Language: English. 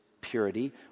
purity